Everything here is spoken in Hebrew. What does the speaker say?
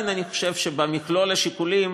אבל עדיין אני חושב שבמכלול השיקולים